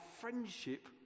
friendship